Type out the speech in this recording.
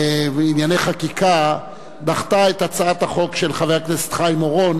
לענייני חקיקה דחתה את הצעת החוק של חבר הכנסת חיים אורון